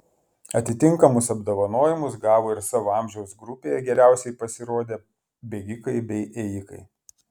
atitinkamus apdovanojimus gavo ir savo amžiaus grupėje geriausiai pasirodę bėgikai bei ėjikai